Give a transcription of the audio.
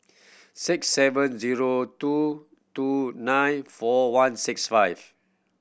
six seven zero two two nine four one six five